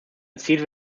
erzielt